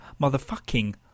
Motherfucking